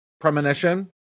premonition